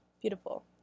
beautiful